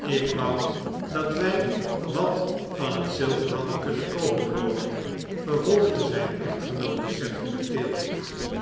ik wou dat wij wat van het zilver hadden kunnen koopen rawdon vervolgde zijn echtgenoote sentimenteel